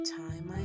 time